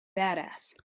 badass